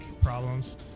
problems